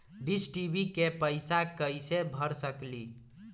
Dish TV के पैईसा कईसे भर सकली?